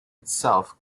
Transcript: itself